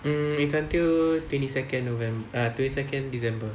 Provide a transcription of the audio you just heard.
mm it's until twenty second novem~ err twenty second december